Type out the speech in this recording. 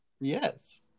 yes